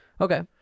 Okay